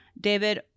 David